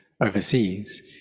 overseas